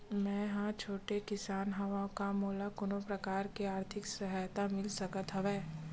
मै ह छोटे किसान हंव का मोला कोनो प्रकार के आर्थिक सहायता मिल सकत हवय?